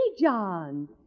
John